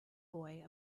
boy